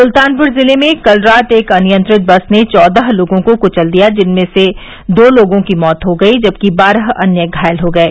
सुल्तानपूर जिले में कल रात एक अनियंत्रित बस ने चौदह लोगों को क्चल दिया जिसमें से दो लोगों की मौत हो गई जबकि बारह अन्य घायल हो गये